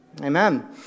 Amen